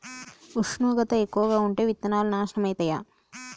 ఉష్ణోగ్రత ఎక్కువగా ఉంటే విత్తనాలు నాశనం ఐతయా?